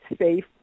safe